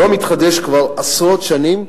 לא מתחדש כבר עשרות שנים,